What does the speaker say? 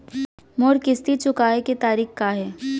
मोर किस्ती चुकोय के तारीक का हे?